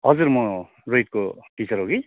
हजुर म रोहितको टिचर हो कि